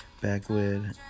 backwood